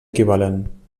equivalent